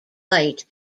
light